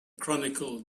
chronicle